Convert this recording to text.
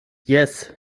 jes